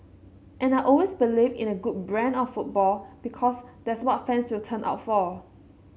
and I always believed in a good brand of football because that's what fans will turn up for